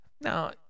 Now